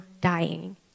dying